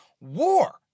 war